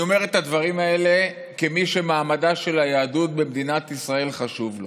אני אומר את הדברים האלה כמי שמעמדה של היהדות במדינת ישראל חשוב לו.